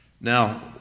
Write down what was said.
Now